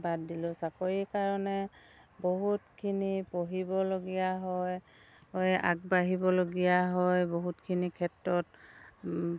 বাদ দিলোঁ চাকৰিৰ কাৰণে বহুতখিনি পঢ়িবলগীয়া হয় আগবাঢ়িবলগীয়া হয় বহুতখিনি ক্ষেত্ৰত